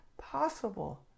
possible